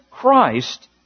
Christ